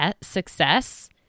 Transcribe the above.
success